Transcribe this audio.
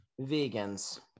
Vegans